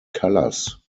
colours